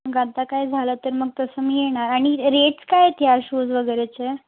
मग आत्ता काही झालं तर मग तसं मी येणार आणि रेट्स काय आहेत या शूज वगेरेचे